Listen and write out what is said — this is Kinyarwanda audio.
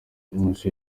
amashusho